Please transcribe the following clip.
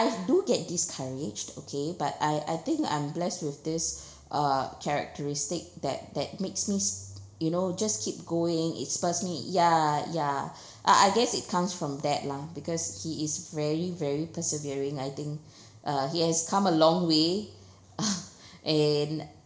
I do get discouraged okay but I I think I'm blessed with this uh characteristic that that makes me s~ you know just keep going it's personally ya ya I I guess it comes from that lah because he is very very persevering I think uh he has come a long way and